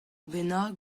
bennak